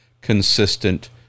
consistent